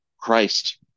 Christ